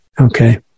Okay